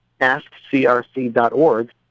askcrc.org